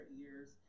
ears